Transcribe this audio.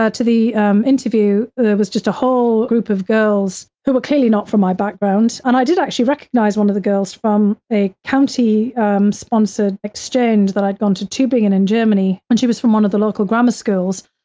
ah to the um interview, there was just a whole group of girls who were clearly not from my background. and i did actually recognize one of the girls from a county sponsored exchange that i'd gone to, to begin and in germany. and she was from one of the local grammar schools.